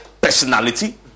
personality